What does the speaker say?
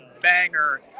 banger